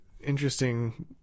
interesting